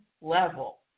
level